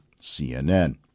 CNN